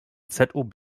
zob